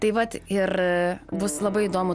tai vat ir bus labai įdomu